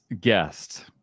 guest